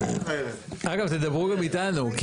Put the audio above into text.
אגב, תדברו גם איתנו.